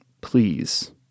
please